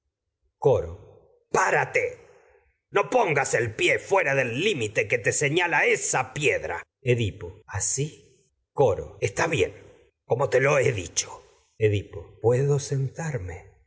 coro te párate no pongas el pie fuera del limite que señala esa piedra edipo asi bien como coro está te lo hp dicho edipo puedo el sentarme